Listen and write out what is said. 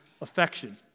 affection